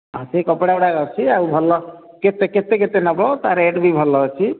ହଁ ସେହି କପଡ଼ାଗୁଡ଼ିକ ଅଛି ଆଉ ଭଲ କେତେ କେତେ କେତେ ନେବ ତା' ରେଟ୍ ବି ଭଲ ଅଛି